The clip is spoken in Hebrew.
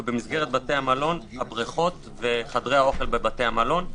ובמסגרתם הבריכות וחדרי האוכל בבתי המלון.